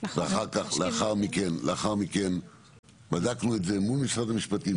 לאחר מכן בדקנו את זה מול משרד המשפטים,